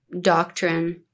doctrine